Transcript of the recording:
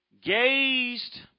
Gazed